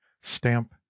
stamp